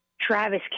Travis